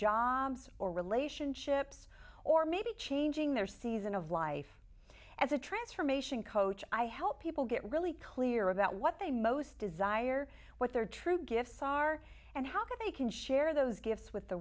jobs or relationships or maybe changing their season of life as a transformation coach i help people get really clear about what they most desire what their true gifts are and how they can share those gifts with the